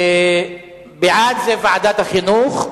בעד, זה ועדת החינוך.